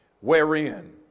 wherein